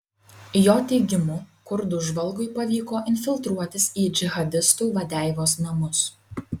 jo teigimu kurdų žvalgui pavyko infiltruotis į džihadistų vadeivos namus